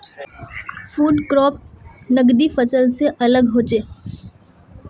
food crops नगदी फसल से अलग होचे